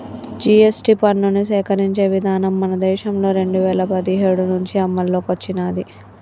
GST పన్నుని సేకరించే విధానం మన దేశంలో రెండు వేల పదిహేడు నుంచి అమల్లోకి వచ్చినాది